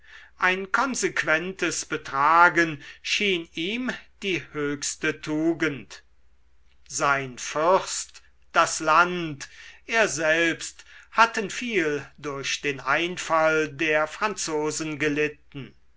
ein konsequentes betragen schien ihm die höchste tugend sein fürst das land er selbst hatten viel durch den einfall der franzosen gelitten